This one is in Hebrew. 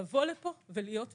לבוא לפה ולהיות פה.